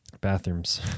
Bathrooms